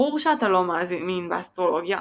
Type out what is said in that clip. ברור שאתה לא מאמין באסטרולוגיה,